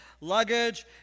luggage